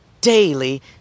daily